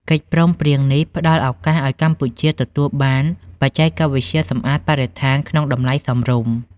កិច្ចព្រមព្រៀងនេះផ្ដល់ឱកាសឱ្យកម្ពុជាទទួលបានបច្ចេកវិទ្យាសម្អាតបរិស្ថានក្នុងតម្លៃសមរម្យ។